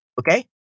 Okay